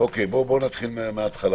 בידוד במקום מטעם המדינה,